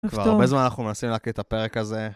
כבר הרבה זמן אנחנו מנסים להקליט את הפרק הזה.